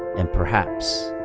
and perhaps,